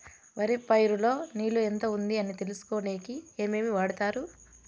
వరి పైరు లో నీళ్లు ఎంత ఉంది అని తెలుసుకునేకి ఏమేమి వాడతారు?